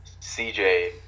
CJ